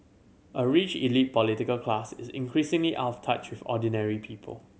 a rich elite political class is increasingly off touch with ordinary people